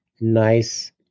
nice